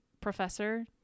professor